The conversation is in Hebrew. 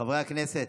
חברי הכנסת,